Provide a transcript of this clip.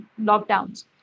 lockdowns